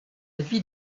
vie